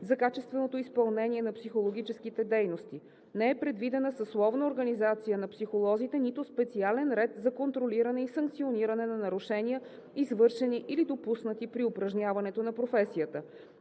за качественото изпълнение на психологическите дейности. Не е предвидена съсловна организация на психолозите, нито специален ред за контролиране и санкциониране на нарушения, извършени или допуснати при упражняването на професията.